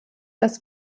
das